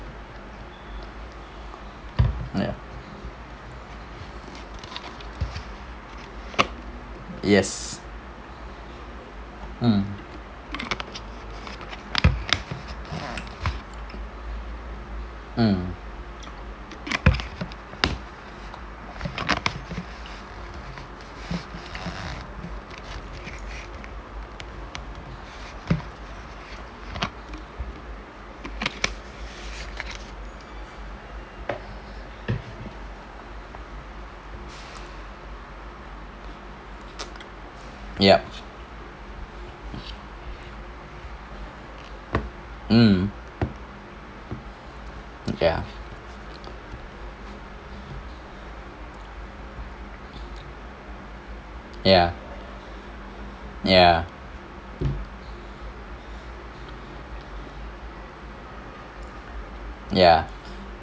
ya yes mm mm yup mm ya ya ya ya